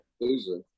loser